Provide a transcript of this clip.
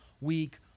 week